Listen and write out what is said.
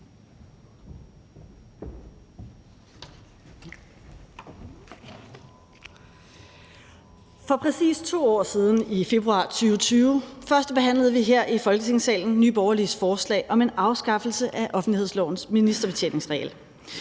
For præcis 2 år siden, i februar 2020, førstebehandlede vi her i Folketingssalen Nye Borgerliges forslag om en afskaffelse af offentlighedslovens ministerbetjeningsregel.